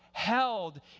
held